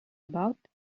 about